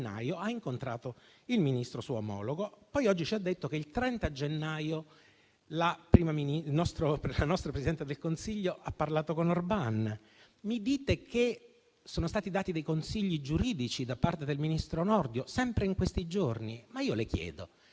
ha incontrato il Ministro suo omologo. Poi oggi ci ha detto che il 30 gennaio, la nostra Presidente del Consiglio ha parlato con Orban. Mi dite che sono stati dati consigli giuridici da parte del ministro Nordio, sempre in questi giorni, ma io le chiedo: